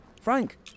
Frank